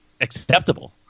acceptable